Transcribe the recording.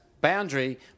Boundary